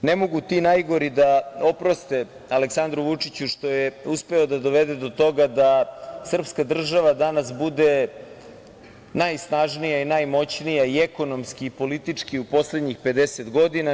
Ne mogu ti najgori da oproste Aleksandru Vučiću što je uspeo da dovede do toga da sprska država danas bude najsnažnija i najmoćnija i ekonomski i politički u poslednjih 50 godina.